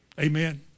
amen